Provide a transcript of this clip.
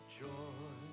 joy